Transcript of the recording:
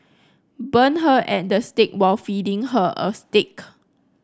burn her and the stake while feeding her a steak